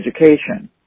education